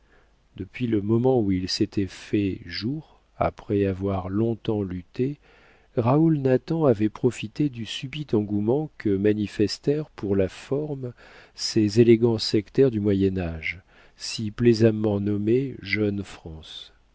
depuis le moment où il s'était fait jour après avoir longtemps lutté raoul nathan avait profité du subit engouement que manifestèrent pour la forme ces élégants sectaires du moyen âge si plaisamment nommés jeune france